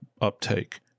uptake